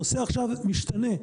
הנושא עכשיו משתנה.